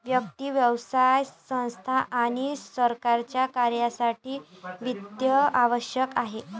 व्यक्ती, व्यवसाय संस्था आणि सरकारच्या कार्यासाठी वित्त आवश्यक आहे